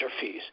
fees